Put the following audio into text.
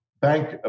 bank